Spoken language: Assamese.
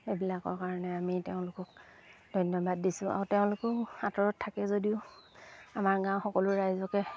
এইবিলাকৰ কাৰণে আমি তেওঁলোকক ধন্যবাদ দিছোঁ আৰু তেওঁলোকেও আঁতৰত থাকে যদিও আমাৰ গাঁও সকলো ৰাইজকে